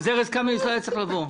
אז ארז קמיניץ לא היה צריך לבוא?